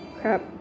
crap